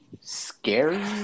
scary